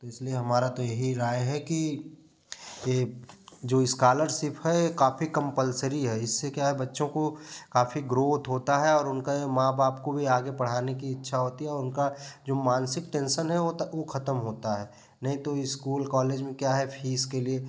तो इसलिए हमारा तो यही राय है कि ये जो इस्कालरसिप है ये काफी कम्पल्सरी है इससे क्या है बच्चों को काफ़ी ग्रोथ होता है और उनका माँ बाप को भी आगे पढ़ाने की इच्छा होती है और उनका जो मानसिक टेंसन है वो ता ऊ ख़त्म होता है नहीं तो इस्कूल कॉलेज में क्या है फीस के लिए